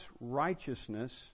righteousness